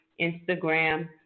Instagram